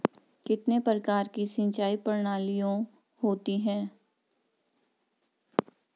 कितने प्रकार की सिंचाई प्रणालियों होती हैं?